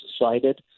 decided